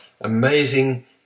amazing